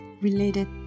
related